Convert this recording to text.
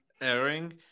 airing